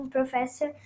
Professor